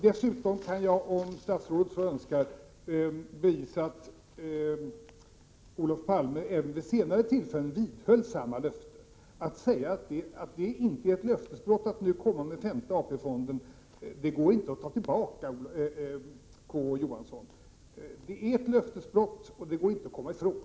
Dessutom kan jag — om statsrådet så önskar — bevisa att Olof Palme även vid senare tillfällen vidhöll samma löfte. Att säga att det inte är ett löftesbrott att nu komma med en femte AP-fond är helt fel. Det går inte att komma ifrån att det är ett löftesbrott.